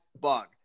bug